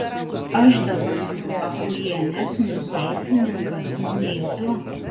aš dabar juk achujienesnis teisininkas nei tu